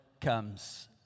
comes